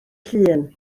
llun